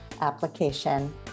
application